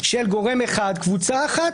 נבחרות במסלול מקצועי.